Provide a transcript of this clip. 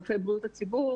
רופאי בריאות הציבור.